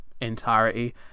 entirety